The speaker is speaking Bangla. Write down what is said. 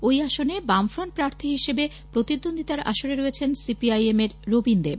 ঐ আসনে বামফ্রন্ট প্রার্থী হিসেবে প্রতিদ্বন্দ্বিতার আসরে রয়েছেন সিপিআইএম এর রবীন দেব